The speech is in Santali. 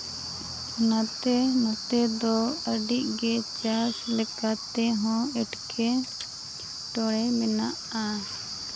ᱚᱱᱟᱛᱮ ᱱᱚᱛᱮ ᱫᱚ ᱟᱹᱰᱤ ᱜᱮ ᱪᱟᱥ ᱞᱮᱠᱟᱛᱮ ᱦᱚᱸ ᱮᱴᱠᱮᱴᱚᱬᱮ ᱢᱮᱱᱟᱜᱼᱟ